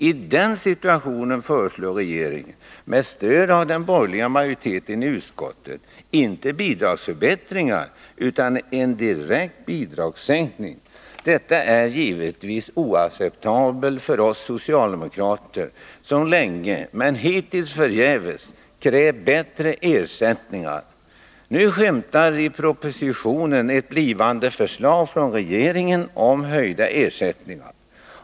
I den situationen föreslår regeringen, med stöd av den borgerliga majoriteten i utskottet, inte bidragsförbättring utan en direkt bidragssänkning! Detta är givetvis oacceptabelt för oss socialdemokrater som länge, men hittills förgäves, krävt bättre ersättningar. Nu skymtar i propositionen ett blivande förslag från regeringen om höjda ersättningar.